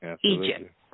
Egypt